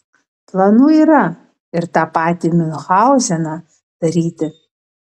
planų yra ir tą patį miunchauzeną daryti